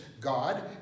God